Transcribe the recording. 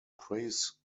praise